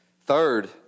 Third